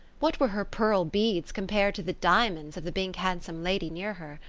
what were her pearl beads compared to the diamonds of the big, handsome lady near her?